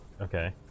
Okay